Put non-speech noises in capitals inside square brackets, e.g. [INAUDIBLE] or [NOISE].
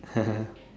[LAUGHS]